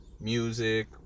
music